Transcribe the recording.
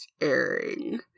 airing